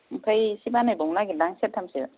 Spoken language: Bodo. आमफ्राय एसे बानाय बावनो नागेरदां सेरथामसो